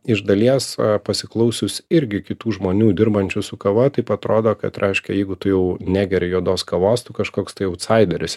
iš dalies pasiklausius irgi kitų žmonių dirbančių su kava taip atrodo kad reiškia jeigu tu jau negeri juodos kavos tu kažkoks tai autsaideris